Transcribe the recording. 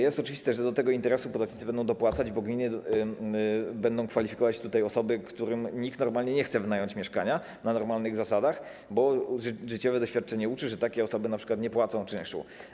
Jest oczywiste, że do tego interesu podatnicy będą dopłacać, bo gminy będą kwalifikować osoby, którym nikt nie chce wynająć mieszkania na normalnych zasadach, bo życiowe doświadczenie uczy, że takie osoby np. nie płacą czynszu.